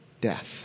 death